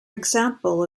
example